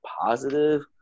positive